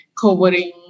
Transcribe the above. covering